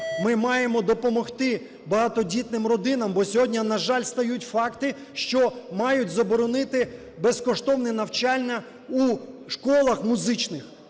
Ми маємо допомогти багатодітним родинам, бо сьогодні, на жаль, стають факти, що мають заборонити безкоштовне навчання у школах музичних.